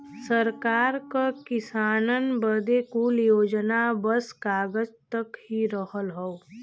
सरकार क किसानन बदे कुल योजना बस कागज तक ही रहल हौ